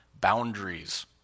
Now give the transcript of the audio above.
boundaries